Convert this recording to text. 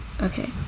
okay